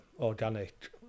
organic